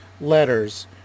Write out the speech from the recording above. letters